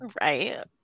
Right